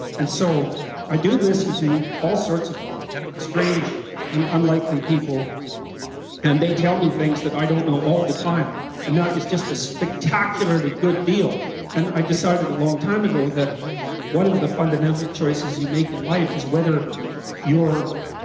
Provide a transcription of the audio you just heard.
and so i do listen to all sorts of strange and unlikely people and they tell me things that i don't know all the time and that is just a spectacularly good deal. and i decided a long time ago that one of the fundamental choices you make in life is whether you're